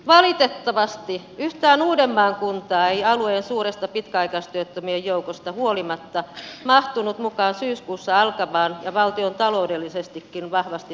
valitettavasti yhtään uudenmaan kuntaa ei alueen suuresta pitkäaikaistyöttömien joukosta huolimatta mahtunut mukaan syyskuussa alkavaan ja valtion taloudellisestikin vahvasti tukemaan kokeiluun